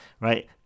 right